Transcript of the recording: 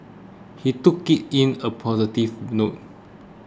he took it in a positive note